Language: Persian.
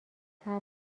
صبر